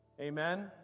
Amen